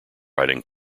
riding